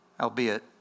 albeit